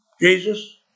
Jesus